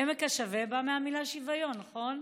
עמק השווה בא מהמילה "שוויון", נכון?